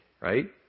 right